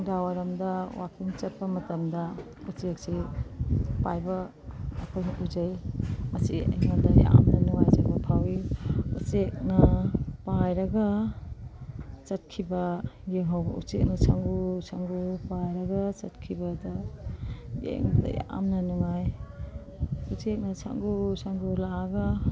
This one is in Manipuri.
ꯅꯨꯡꯗꯥꯡꯋꯥꯏꯔꯝꯗ ꯋꯥꯛꯀꯤꯡ ꯆꯠꯄ ꯃꯇꯝꯗ ꯎꯆꯦꯛꯁꯦ ꯄꯥꯏꯕ ꯑꯩꯈꯣꯏꯅ ꯎꯖꯩ ꯃꯁꯤ ꯑꯩꯉꯣꯟꯗ ꯌꯥꯝꯅ ꯅꯨꯡꯉꯥꯏꯖꯕ ꯐꯥꯎꯏ ꯎꯆꯦꯛꯅ ꯄꯥꯏꯔꯒ ꯆꯠꯈꯤꯕ ꯎꯆꯦꯛꯅ ꯁꯪꯒꯨ ꯁꯪꯒꯨ ꯄꯥꯏꯔꯒ ꯆꯠꯈꯤꯕꯗ ꯌꯦꯡꯕꯗ ꯌꯥꯝꯅ ꯅꯨꯡꯉꯥꯏ ꯎꯆꯦꯛꯅ ꯁꯪꯒꯨ ꯁꯪꯒꯨ ꯂꯥꯛꯑꯒ